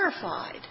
terrified